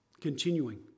Continuing